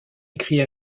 écrit